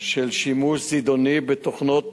של שימוש זדוני בתוכנות,